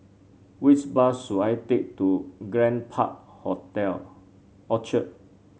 which bus should I take to Grand Park Hotel Orchard